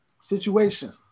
Situation